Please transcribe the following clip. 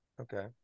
Okay